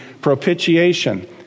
propitiation